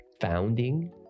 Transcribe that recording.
founding